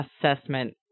assessment